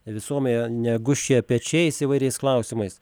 visuomenė ne gūžčioja pečiais įvairiais klausimais